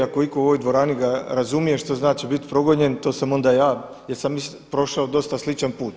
Ako ga iko u ovoj dvorani razumije što znači biti progonjen, to sam onda ja jer sam prošao dosta sličan put.